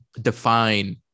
define